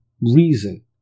reason